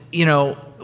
you know,